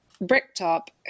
Bricktop